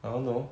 I don't know